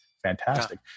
fantastic